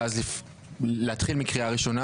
ואז להתחיל מקריאה ראשונה,